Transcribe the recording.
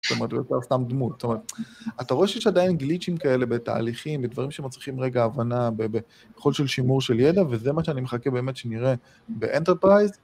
זאת אומרת, זה יותר סתם דמות. זאת אומרת, אתה רואה שיש עדיין גליצ'ים כאלה בתהליכים, בדברים שמצריכים רגע הבנה בכל של שימור של ידע, וזה מה שאני מחכה באמת שנראה באנטרפייז.